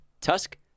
Tusk